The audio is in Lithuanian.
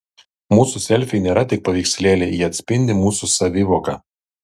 mūsų selfiai nėra tik paveikslėliai jie atspindi mūsų savivoką